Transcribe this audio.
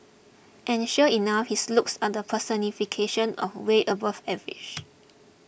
and sure enough his looks are the personification of way above average